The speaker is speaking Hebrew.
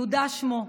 יהודה שמו.